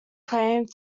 claimed